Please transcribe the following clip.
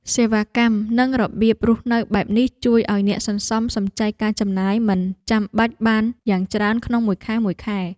សេវាកម្មនិងរបៀបរស់នៅបែបនេះជួយឱ្យអ្នកសន្សំសំចៃការចំណាយមិនចាំបាច់បានយ៉ាងច្រើនក្នុងមួយខែៗ។